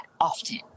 often